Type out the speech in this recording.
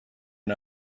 and